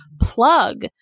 plug